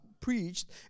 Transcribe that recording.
preached